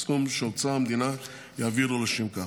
מסכום שאוצר המדינה יעביר לו לשם כך.